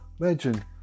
Imagine